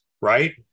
right